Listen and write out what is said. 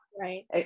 right